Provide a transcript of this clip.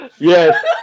yes